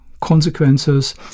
consequences